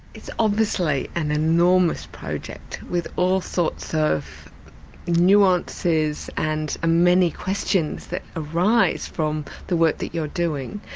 it's obviously an enormous project with all sorts of nuances and ah many questions that arise from the work that you are doing.